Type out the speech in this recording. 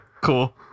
Cool